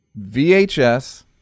VHS